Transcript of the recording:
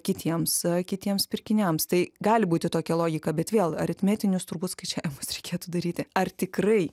kitiems kitiems pirkiniams tai gali būti tokia logika bet vėl aritmetinius turbūt skaičiavimus reikėtų daryti ar tikrai